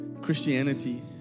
Christianity